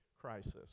crisis